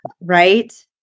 Right